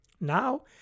Now